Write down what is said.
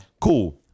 Cool